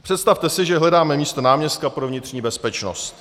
Představte si, že hledáme místo náměstka pro vnitřní bezpečnost.